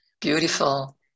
Beautiful